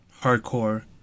hardcore